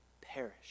perish